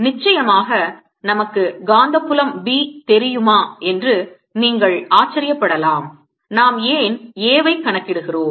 நிச்சயமாக நமக்கு காந்தபுலம் B தெரியுமா என்று நீங்கள் ஆச்சரியப்படலாம் நாம் ஏன் A ஐ கணக்கிடுகிறோம்